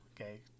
okay